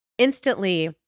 Instantly